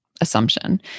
assumption